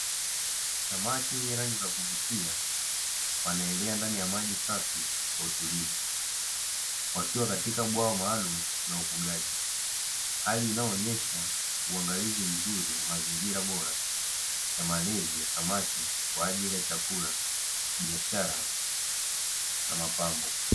Samaki wenye rangi za kuvutia, wanaelea ndani ya maji safi kwa utulivu. Wakiwa katika bwawa maalum la ufugaji. Hali inayoonyesha uangalizi mzuri wa mazingira bora ya malezi ya samaki kwa ajili ya chakula, biashara na mapambo.